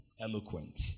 eloquent